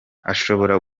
ashobora